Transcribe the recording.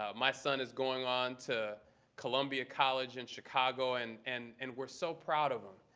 um my son is going on to columbia college in chicago. and and and we're so proud of him.